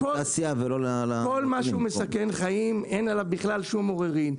לתעשייה ולא ל- -- כל מה שהוא מסכן חיים אין עליו בכלל שום עוררין,